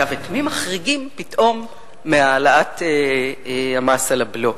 את מי מחריגים פתאום מהעלאת המס על הבלו?